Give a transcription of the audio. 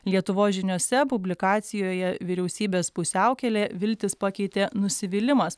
lietuvos žiniose publikacijoje vyriausybės pusiaukelė viltis pakeitė nusivylimas